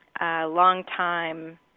long-time